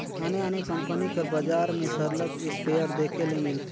आने आने कंपनी कर बजार में सरलग इस्पेयर देखे ले मिलथे